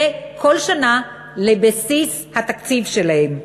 זה כל שנה לבסיס התקציב שלהן.